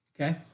Okay